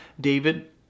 David